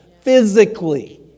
Physically